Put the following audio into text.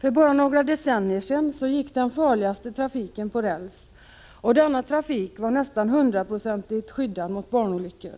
För bara några decennier sedan gick den farligaste trafiken på räls, och denna trafik var nästan hundraprocentigt skyddad mot barnolyckor.